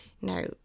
Now